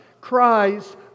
cries